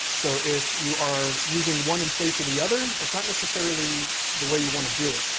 so, if you are using one in place of the other, that's not necessarily the way you want to do it.